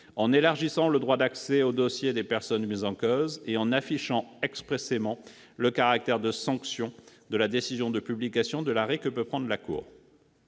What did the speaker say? en élargissant le droit d'accès au dossier des personnes mises en cause et en affichant expressément le caractère de sanction de la décision de publication de l'arrêt que peut rendre la Cour.